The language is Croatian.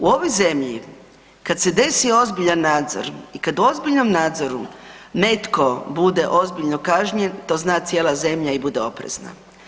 U ovoj zemlji kad se desi ozbiljan nadzor i kad u ozbiljnom nadzoru netko bude ozbiljno kažnjen to zna cijela zemlja i bude oprezna.